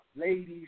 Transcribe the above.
Ladies